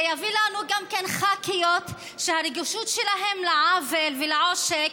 זה יביא לנו גם כן ח"כיות שהרגישות שלהן לעוול ולעושק